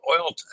oil